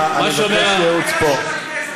אני מבקש ייעוץ פה.